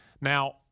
Now